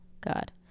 God